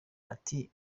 bati